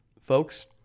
folks